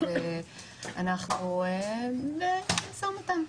אז אנחנו במשא ומתן.